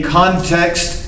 context